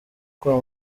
kwa